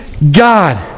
God